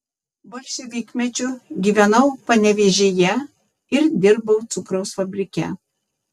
bolševikmečiu gyvenau panevėžyje ir dirbau cukraus fabrike